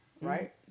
right